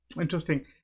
Interesting